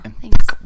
Thanks